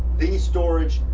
these storage,